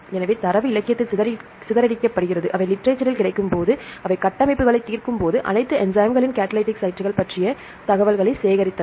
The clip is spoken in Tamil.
எனவே தரவு இலக்கியத்தில் சிதறடிக்கப்படுகிறது அவை லிட்ரேசரில் கிடைக்கும்போது அவை கட்டமைப்புகளைத் தீர்க்கும்போது அனைத்து என்சைம்களின் கடலிடிக் சைட்கள் பற்றிய தகவல்களை சேகரித்தன